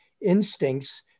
instincts